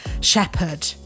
shepherd